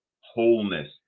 wholeness